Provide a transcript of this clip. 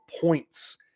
points